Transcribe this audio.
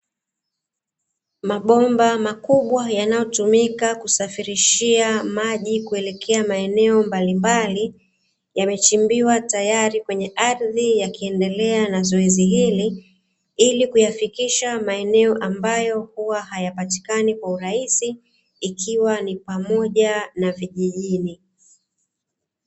Mabomba makubwa, yanayotumika kusafirishia maji kuelekea maeneo mbalimbali, yamechimbiwa, tayari kwenye ardhi yakiendelea na zoezi hili, ili kuyafikisha maeneo ambayo huwa hayapatikani kwa urahisi, ikiwa ni pamoja na vijijini.